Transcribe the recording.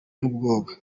ubwoba